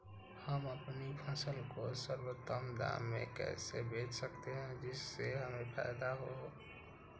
हम अपनी फसल को सर्वोत्तम दाम में कैसे बेच सकते हैं जिससे हमें फायदा हो?